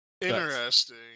Interesting